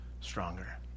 stronger